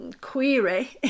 query